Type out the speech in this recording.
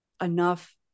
enough